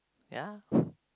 ya